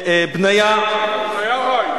בניה, בניה ריין.